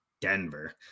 Denver